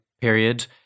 period